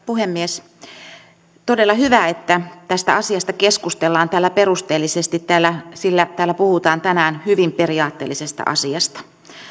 puhemies todella hyvä että tästä asiasta keskustellaan perusteellisesti sillä täällä puhutaan tänään hyvin periaatteellisesta asiasta